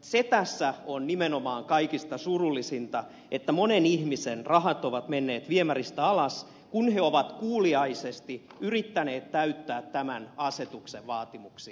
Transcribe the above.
se tässä on nimenomaan kaikista surullisinta että monen ihmisen rahat ovat menneet viemäristä alas kun he ovat kuuliaisesti yrittäneet täyttää tämän asetuksen vaatimuksia